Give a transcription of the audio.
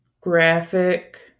graphic